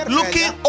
Looking